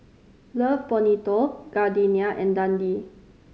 Love Bonito Gardenia and Dundee